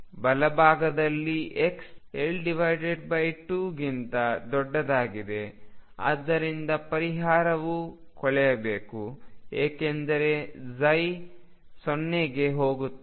ಬಲಭಾಗದಲ್ಲಿರುವ x L2 ಗಿಂತ ದೊಡ್ಡದಾಗಿದೆ ಆದ್ದರಿಂದ ಪರಿಹಾರವೂ ಕೊಳೆಯಬೇಕು ಏಕೆಂದರೆ 0 ಗೆ ಹೋಗುತ್ತದೆ